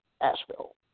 Asheville